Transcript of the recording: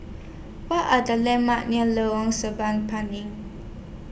What Are The landmarks near Lorong Sireh Pinang